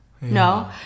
No